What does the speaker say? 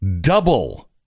double